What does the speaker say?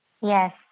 Yes